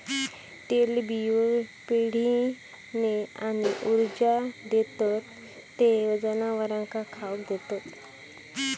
तेलबियो पिढीने आणि ऊर्जा देतत ते जनावरांका खाउक देतत